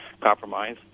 compromise